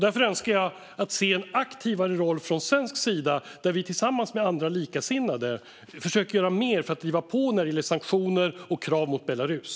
Därför önskar jag se en aktivare roll från svensk sida där vi tillsammans med likasinnade försöker göra mer för att driva på för sanktioner och krav mot Belarus.